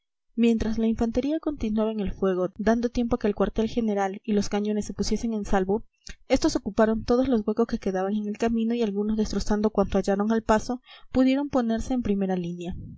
mientras la infantería continuaba en el fuego dando tiempo a que el cuartel general y los cañones se pusiesen en salvo estos ocuparon todos los huecos que quedaban en el camino y algunos destrozando cuanto hallaron al paso pudieron ponerse en primera línea